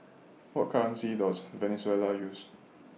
What currency Does Venezuela use